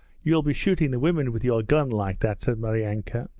you'll be shooting the women with your gun like that said maryanka.